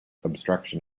obstruction